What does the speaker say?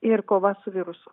ir kova su virusu